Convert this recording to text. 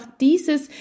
dieses